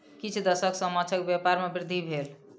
किछ दशक सॅ माँछक व्यापार में वृद्धि भेल